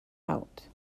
out